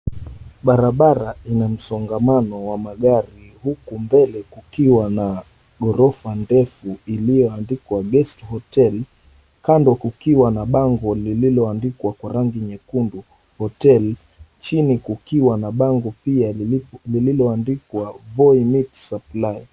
Barabara ina msongamano wa magari huku mbele kukiwa na ghorofa ndefu iliyoandikwa, Best Hotel. Kando kukiwa na bango lililoandikwa kwa rangi nyekundu, Hotel, chini kukiwa na bango pia lililoandikwa, Voi Meat Supply.